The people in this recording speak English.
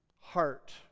Heart